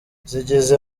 zigeze